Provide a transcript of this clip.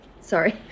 sorry